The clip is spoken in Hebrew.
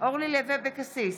אורלי לוי אבקסיס,